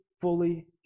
fully